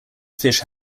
fish